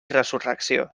resurrecció